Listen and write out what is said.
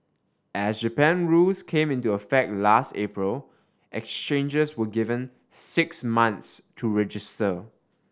as Japan rules came into effect last April exchanges were given six months to register